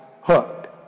hooked